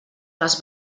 les